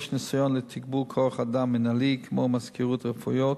יש ניסיון לתגבור כוח-אדם מינהלי כמו מזכירות רפואיות,